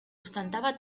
ostentava